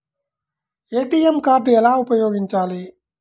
ATM card ఎలా ఉపయోగించాలి?